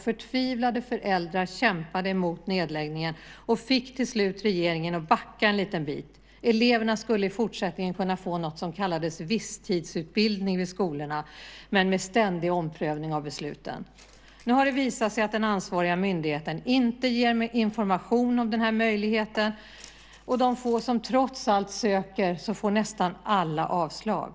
Förtvivlade föräldrar kämpade mot nedläggningen och fick till slut regeringen att backa en liten bit. Eleverna skulle i fortsättningen kunna få något som kallades visstidsutbildning vid skolorna men med ständig omprövning av besluten. Nu har det visat sig att den ansvariga myndigheten inte ger information om den möjligheten, och de få som trots allt söker får nästan alltid avslag.